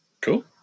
Cool